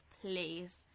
please